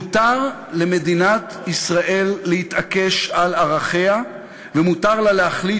מותר למדינת ישראל להתעקש על ערכיה ומותר לה להחליט